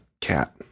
cat